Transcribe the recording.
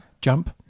Jump